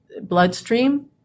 bloodstream